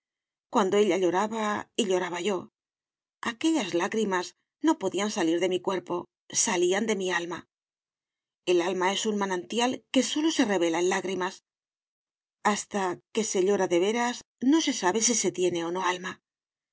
cuando ella lloraba y lloraba yo aquellas lágrimas no podían salir de mi cuerpo salían de mi alma el alma es un manantial que sólo se revela en lágrimas hasta que se llora de veras no se sabe si se tiene o no alma